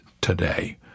today